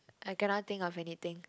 I cannot think of anything